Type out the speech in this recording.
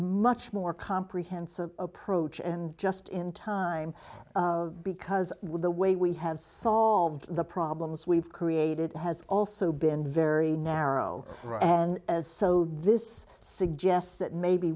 much more comprehensive approach and just in time because with the way we have solved the problems we've created has also been very narrow and as so this suggests that may